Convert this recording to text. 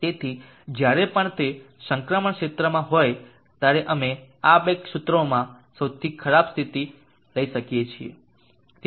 તેથી જ્યારે પણ તે સંક્રમણ ક્ષેત્રમાં હોય ત્યારે અમે આ બે સૂત્રોમાં સૌથી વધુ ખરાબ સ્થિતિ લઈ શકીએ છીએ